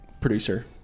producer